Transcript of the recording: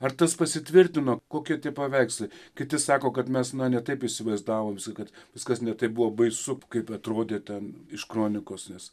ar tas pasitvirtino kokie tie paveikslai kiti sako kad mes na ne taip įsivaizdavom kad viskas ne taip buvo baisu kaip atrodė ten iš kronikos nes